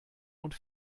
und